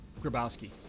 Grabowski